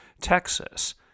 Texas